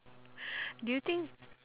do you think